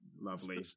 lovely